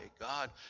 God